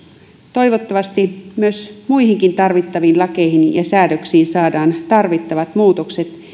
toivottavasti myös muihinkin tarvittaviin lakeihin ja säädöksiin saadaan tarvittavat muutokset